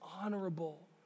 honorable